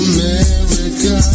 America